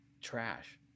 trash